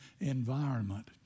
environment